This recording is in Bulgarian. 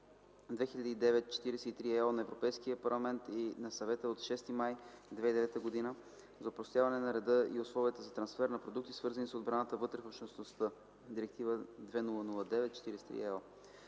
Директива 2009/43/ЕО на Европейския парламент и на Съвета от 6 май 2009 г. за опростяване на реда и условията за трансфер на продукти, свързани с отбраната, вътре в Общността (Директива 2009/43/ЕО).